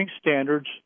standards